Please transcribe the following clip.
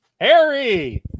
Harry